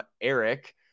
Eric